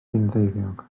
gynddeiriog